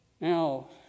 Now